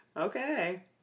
Okay